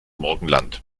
morgenland